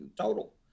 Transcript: total